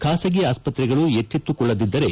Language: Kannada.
ಖಾಸಗಿ ಆಸ್ವತ್ರೆಗಳು ಎಚ್ಚೆತ್ತುಕೊಳ್ಳದಿದ್ದರೆ